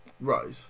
right